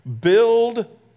build